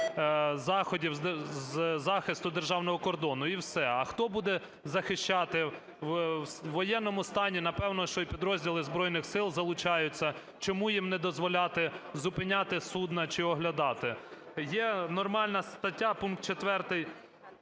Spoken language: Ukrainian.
заходів з захисту державного кордону". І все. А хто буде захищати? В воєнному стані, напевне, що й підрозділи Збройних Сил залучаються. Чому їм не дозволяти зупиняти судна чи оглядати? Є нормальна стаття пункт